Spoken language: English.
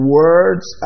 words